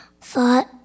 thought